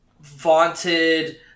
vaunted